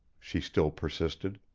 she still persisted.